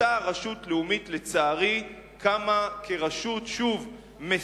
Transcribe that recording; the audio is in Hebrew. לצערי, אותה רשות לאומית קמה כרשות מסורסת,